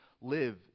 live